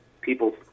people